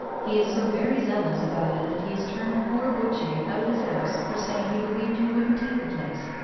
he is so very zealous about it that he has turned poor boutier out of his house for saying he believed you wouldn't take the place.